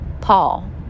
Paul